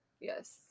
Yes